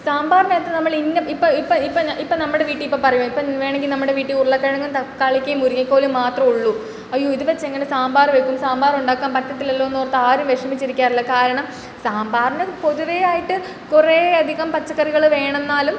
സാമ്പാറിനകത്ത് നമ്മളിന്ന് ഇപ്പം ഇപ്പം ഇപ്പം ഞ ഇപ്പം നമ്മുടെ വീട്ടിൽ ഇപ്പം പറയുവാ ഇപ്പം വേണമെങ്കിൽ നമ്മുടെ വീട്ടിൽ ഉരുളക്കിഴങ്ങും തക്കാളിക്കേം മുരിങ്ങക്കോലും മാത്രമേ ഉള്ളൂ അയ്യോ ഇത് വെച്ചെങ്ങനെ സാമ്പാർ വെക്കും സാമ്പാറുണ്ടാക്കാൻ പറ്റത്തില്ലല്ലോന്ന് ഓർത്ത് ആരും വിഷമിച്ചിരിക്കാറില്ല കാരണം സാമ്പാറിന് പൊതുവേ ആയിട്ട് കുറെ അധികം പച്ചക്കറികൾ വേണംന്നാലും